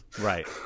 Right